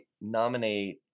nominate